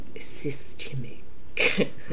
systemic